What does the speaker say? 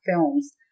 films